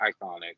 Iconic